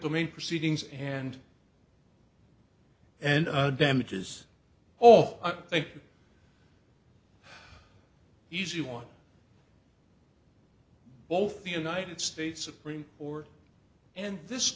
domain proceedings and and damages oh i think the easy one both the united states supreme court and this